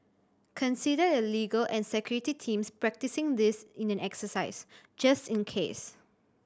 consider the legal and security teams practising this in an exercise just in case